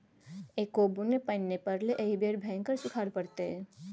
एक्को बुन्न पानि नै पड़लै एहि बेर भयंकर सूखाड़ पड़तै